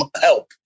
help